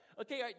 Okay